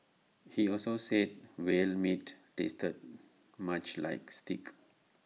he also said whale meat tasted much like steak